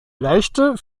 leichte